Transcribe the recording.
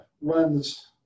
runs